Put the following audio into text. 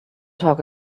talk